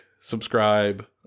subscribe